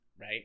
Right